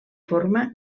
forma